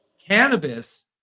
cannabis